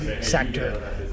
sector